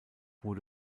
wurde